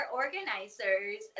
organizers